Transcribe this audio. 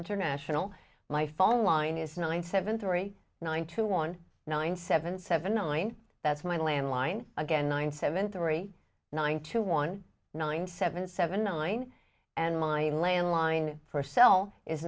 international my phone line is nine seven three nine to one nine seven seven nine that's my landline again nine seven three nine to one nine seven seven nine and mine landline for cell is